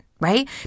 right